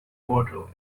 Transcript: water